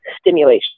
stimulation